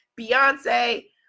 Beyonce